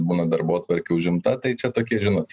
būna darbotvarkė užimta tai čia tokį žinot